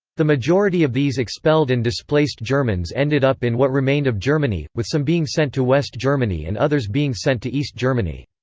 the majority of these expelled and displaced germans ended up in what remained of germany, with some being sent to west germany and others being sent to east germany.